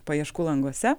paieškų languose